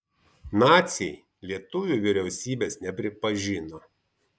naciai lietuvių vyriausybės nepripažino